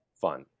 fun